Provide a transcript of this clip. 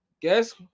Guess